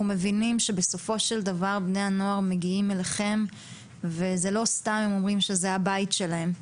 אנחנו מבינים שבני הנוער מגיעים אליכם ולא סתם הם אומרים שזה הבית שלהם.